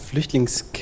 Flüchtlingscamp